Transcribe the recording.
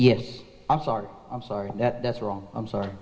yes i'm sorry i'm sorry that that's wrong i'm sorry